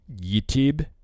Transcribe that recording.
YouTube